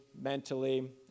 mentally